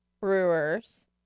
brewers